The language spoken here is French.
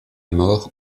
mort